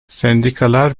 sendikalar